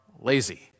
lazy